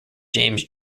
james